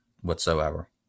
whatsoever